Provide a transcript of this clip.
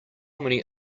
many